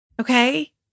Okay